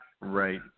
Right